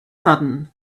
sudden